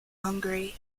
hungary